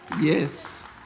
Yes